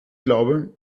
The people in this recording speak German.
glaube